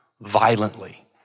violently